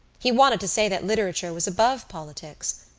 he wanted to say that literature was above politics.